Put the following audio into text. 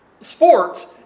sports